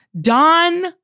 Don